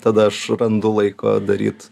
tada aš randu laiko daryt